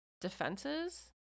defenses